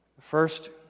First